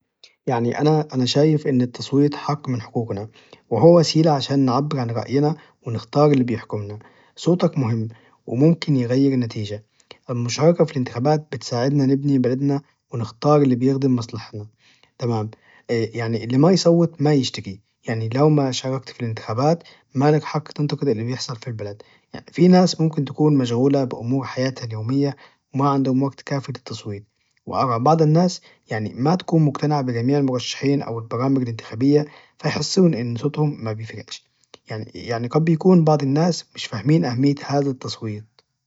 يعني أنا شايف إن التصويت حق من حقوقنا وهو وسيلة علشان نعبر عن رأينا ونختار اللي بيحكمنا صوتك مهم وممكن يغير النتيجة المشاركة في الانتخابات بتساعدنا نبني بلدنا ونختار اللي بيخدم مصلحتنا تمام يعني اللي ما يصوت ما يشتكي يعني لو ما شاركت في للانتخابات ما لك حق تنطق اي اللي بيحصل في البلد في ناس ممكن تكون مشغولة في أمور حياتهم اليومية وما عندهم وقت كافي للتصويت وأرى بعض الناس يعني ما تكون مقتنعة بجميع المرشحين والبرامج الانتخابية فيحسون ان صوتهم ما بيفرقش يعني قد بيكون بعض الناس مش فاهمين أهمية هذا التصويت